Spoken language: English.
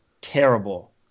terrible